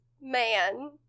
man